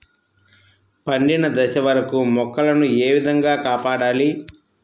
పండిన దశ వరకు మొక్కల ను ఏ విధంగా కాపాడాలి?